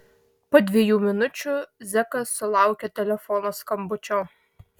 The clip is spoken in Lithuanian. po dviejų minučių zekas sulaukė telefono skambučio